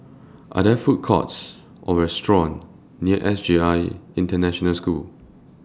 Are There Food Courts Or restaurants near S J I International School